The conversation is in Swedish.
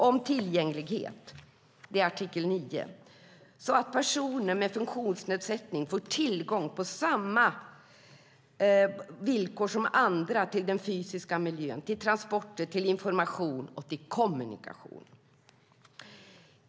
Om tillgänglighet står det i artikel 9: - så att personer med funktionsnedsättning får tillgång på samma villkor som andra till den fysiska miljön, till transporter, till information och till kommunikation.